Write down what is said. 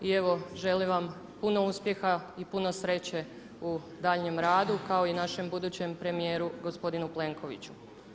I evo želim vam puno uspjeha i puno sreće u daljnjem radu kao i našem budućem premijeru gospodinu Plenkoviću.